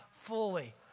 fully